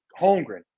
Holmgren